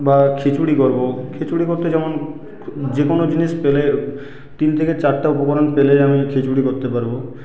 বা খিচুড়ি করবো খিচুড়ি করতে যেমন যেকোনো জিনিস পেলে তিন থেকে চারটা উপকরণ পেলে আমি খিচুড়ি করতে পারবো